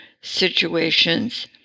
situations